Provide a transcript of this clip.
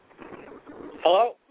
Hello